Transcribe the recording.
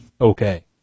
Okay